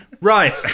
Right